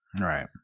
right